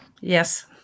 Yes